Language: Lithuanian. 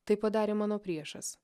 tai padarė mano priešas